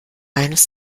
eines